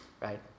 right